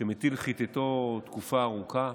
שמטיל חיתתו תקופה ארוכה.